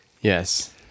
yes